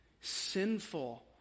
sinful